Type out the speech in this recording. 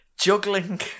juggling